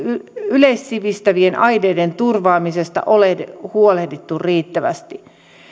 yleissivistävien aineiden turvaamista ole huolehdittu riittävästi